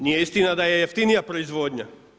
Nije istina da je jeftinija proizvodnja.